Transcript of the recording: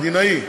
מדינאי,